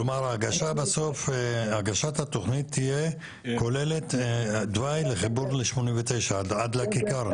כלומר הגשת התוכנית תהיה כוללת תוואי לחיבור ל-89 עד לכיכר.